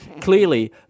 Clearly